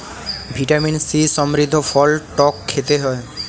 vitamin C সমৃদ্ধ ফল টক খেতে হয়